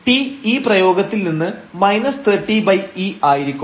t ഈ പ്രയോഗത്തിൽ നിന്ന് 30e ആയിരിക്കും